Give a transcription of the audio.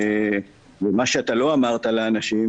ומה שאתה לא אמרת לאנשים